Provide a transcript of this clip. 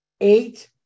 eight